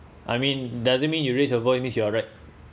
I mean doesn't mean you raise your voice means you are right